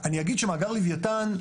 אני אגיד שמאגר לוויתן,